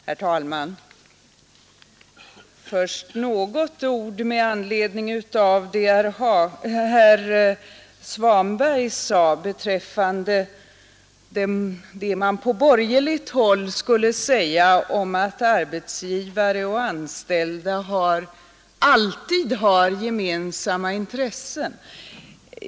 Herr talman! Först några ord med anledning av det yttrande herr Svanberg fällde beträffande vad man på borgerligt håll skulle säga om att arbetsgivare och anställda alltid har gemensamma intressen.